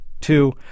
Two